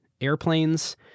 airplanes